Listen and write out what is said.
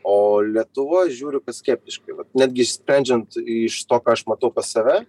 o lietuva žiūriu kad skeptiškai vat netgi sprendžiant iš to ką aš matau pas save